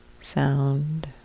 sound